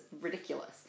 ridiculous